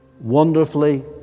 wonderfully